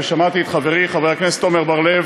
שמעתי את חברי חבר הכנסת עמר בר-לב,